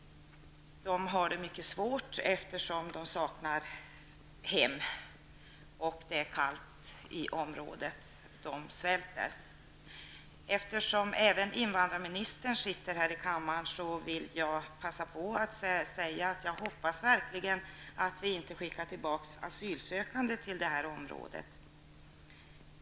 De har det mycket svårt, eftersom de saknar hem, det är kallt i området och de svälter. Eftersom även invandrarministern sitter i kammaren vill jag passa på att säga att jag hoppas verkligen att Sverige inte skickar tillbaka asylsökande till det området.